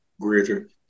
greater